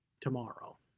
tomorrow